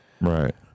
right